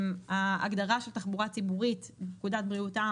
ההגדרה של תחבורה ציבורית לפקודת בריאות העם,